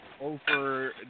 over